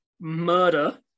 murder